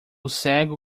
cego